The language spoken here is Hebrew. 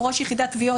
או ראש יחידת תביעות,